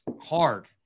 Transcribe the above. hard